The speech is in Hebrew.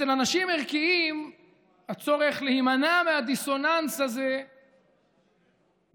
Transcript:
אצל אנשים ערכיים הצורך להימנע מהדיסוננס הזה בדרך